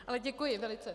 Ale děkuji velice.